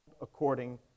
according